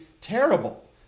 terrible